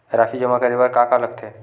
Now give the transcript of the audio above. राशि जमा करे बर का का लगथे?